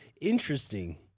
Interesting